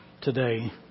today